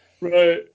Right